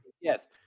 Yes